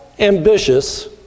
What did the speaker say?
Ambitious